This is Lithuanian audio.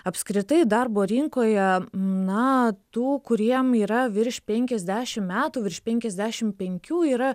apskritai darbo rinkoje na tų kuriem yra virš penkiasdešim metų virš penkiasdešim penkių yra